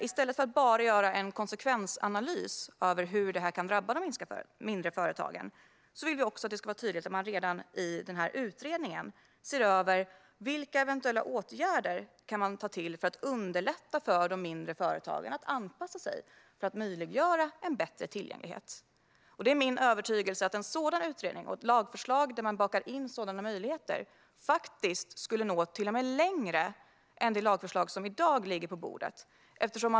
I stället för att bara göra en konsekvensanalys över hur förslaget kan drabba de mindre företagen vill vi också att det ska vara tydligt att man redan i utredningen ser över vilka eventuella åtgärder som kan vidtas för att underlätta för de mindre företagen att anpassa sig för att förbättra tillgängligheten. Jag är övertygad om att en sådan utredning som leder till ett lagförslag där sådana möjligheter finns inbakade faktiskt skulle nå längre än det lagförslag som i dag ligger på bordet.